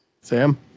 Sam